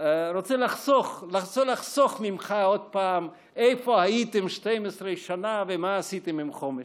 לחסוך ממך עוד פעם "איפה הייתם 12 שנה ומה עשיתם עם חומש".